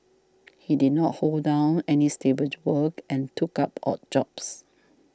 he did not hold down any stable work and took up odd jobs